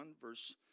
verse